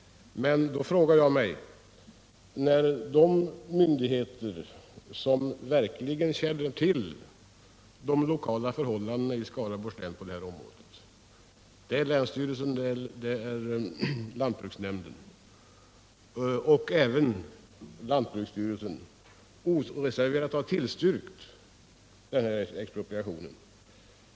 Men då frågar jag mig: Varför är det angeläget för regeringen att vidta ytterligare åtgärder när de myndigheter som verkligen känner till de lokala förhållandena i Skaraborgs län, länsstyrelsen, lantbruksnämnden och lantbruksstyrelsen, oreserverat har tillstyrkt expropriationen?